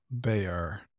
Bayer